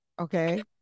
Okay